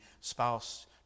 spouse